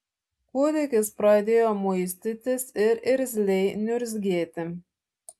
kūdikis pradėjo muistytis ir irzliai niurzgėti